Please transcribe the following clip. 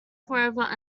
forever